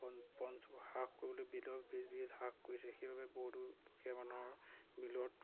হ্ৰাস কৰিছে সেইবাবে বহুতো দুখীয়া মানুহৰ বিলত